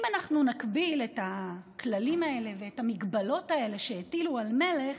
אם אנחנו נקביל את הכללים האלה ואת המגבלות האלה שהטילו על מלך,